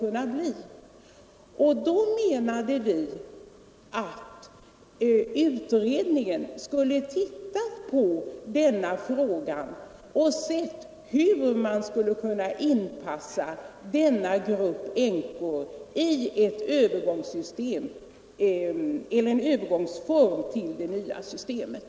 Därför har vi menat att utredningen skulle se över denna fråga och undersöka hur denna grupp änkor genom en övergångsform skulle kunna anpassas till det nya systemet.